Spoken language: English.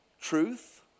truth